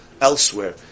elsewhere